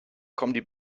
kommen